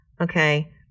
okay